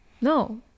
No